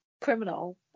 criminal